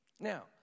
Now